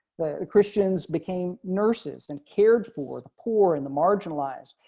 the christians became nurses and cared for the poor and the marginalized.